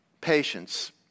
patience